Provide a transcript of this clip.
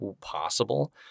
possible